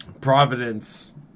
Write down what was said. Providence